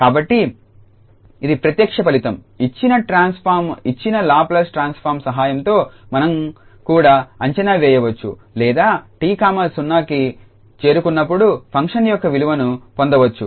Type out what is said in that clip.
కాబట్టి ఇది ప్రత్యక్ష ఫలితం ఇచ్చిన ట్రాన్స్ఫార్మ్ ఇచ్చిన లాప్లేస్ ట్రాన్స్ఫార్మ్ సహాయంతో మనం కూడా అంచనా వేయవచ్చు లేదా 𝑡0కి చేరుకున్నప్పుడు ఫంక్షన్ యొక్క విలువను పొందవచ్చు